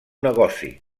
negoci